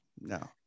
no